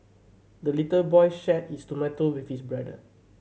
the little boy shared his tomato with his brother